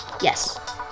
yes